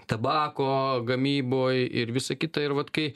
tabako gamyboj ir visa kita ir vat kai